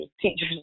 teachers